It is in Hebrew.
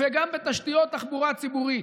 וגם בתשתיות תחבורה ציבורית.